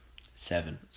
Seven